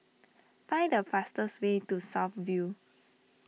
find the fastest way to South View